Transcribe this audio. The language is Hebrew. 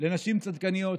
לנשים צדקניות,